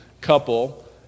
couple